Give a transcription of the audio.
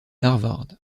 harvard